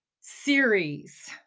series